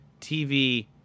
TV